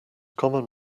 common